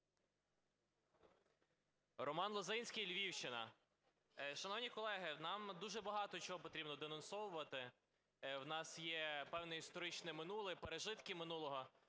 Роман Лозинський, Львівщина. Шановні колеги, нам дуже багато чого потрібно денонсовувати, в нас є певне історичне минуле і пережитки минулого.